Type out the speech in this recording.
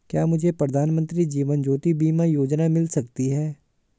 क्या मुझे प्रधानमंत्री जीवन ज्योति बीमा योजना मिल सकती है?